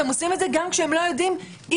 והם עושים את זה גם כשהם לא יודעים אם